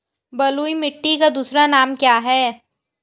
बलुई मिट्टी का दूसरा नाम क्या है?